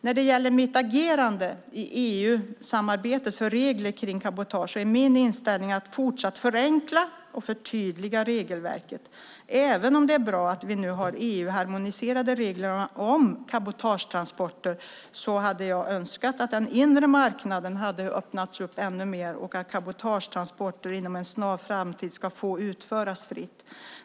När det gäller mitt agerande i EU-samarbetet för regler kring cabotage så är min inställning att fortsatt förenkla och förtydliga regelverket. Även om det är bra att vi nu har EU-harmoniserade regler om cabotagetransporter så hade jag önskat att den inre marknaden hade öppnats upp ännu mer och att cabotagetransporter, inom en snar framtid, ska få utföras fritt.